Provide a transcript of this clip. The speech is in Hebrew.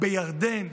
בירדן,